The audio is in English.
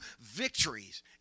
victories